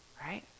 right